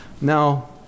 Now